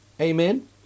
Amen